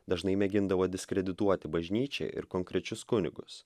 dažnai mėgindavo diskredituoti bažnyčią ir konkrečius kunigus